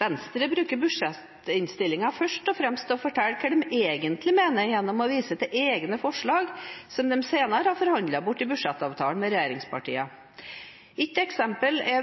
Venstre bruker budsjettinnstillingen først og fremst til å fortelle hva de egentlig mener, gjennom å vise til egne forslag, som de senere har forhandlet bort i budsjettavtalen med regjeringspartiene. Et eksempel er